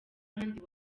ahandi